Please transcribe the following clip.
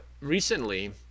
recently